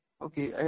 Okay